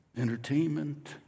entertainment